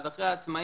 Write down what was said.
אז אחרי העצמאים,